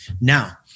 Now